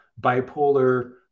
bipolar